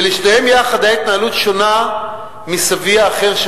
ולשניהם יחד היתה התנהלות שונה מסבי האחר,